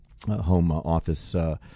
homeoffice